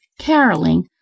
caroling